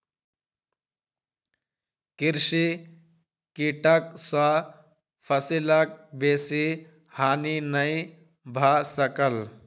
कृषि कीटक सॅ फसिलक बेसी हानि नै भ सकल